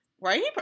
Right